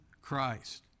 Christ